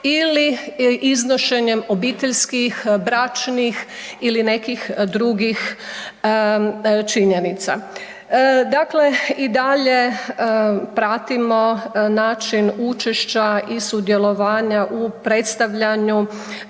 ili iznošenjem obiteljskih, bračnih ili nekih drugih činjenica. Dakle, i dalje pratimo način učešća i sudjelovanja u predstavljanju